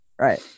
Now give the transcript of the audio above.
right